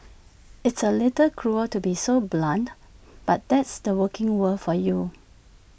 it's A little cruel to be so blunt but that's the working world for you